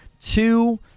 Two